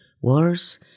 wars